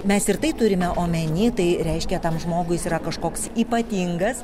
mes ir tai turime omeny tai reiškia tam žmogui jis yra kažkoks ypatingas